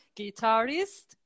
guitarist